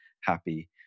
happy